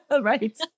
Right